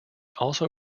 also